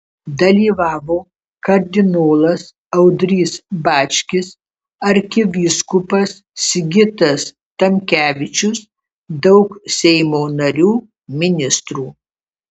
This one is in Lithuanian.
dalyvavo kardinolas audrys bačkis arkivyskupas sigitas tamkevičius daug seimo narių ministrų